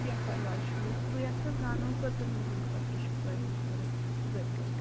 کیٚنٛہہ پرواے چھُنہٕ حظ بہٕ یَژھٕ حظ زانُن کٔژَن دۄہن خٲطرٕ چھُو تۄہہِ حظ ضوٚرَتھ عُبید صٲب